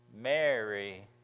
Mary